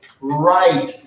right